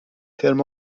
ترم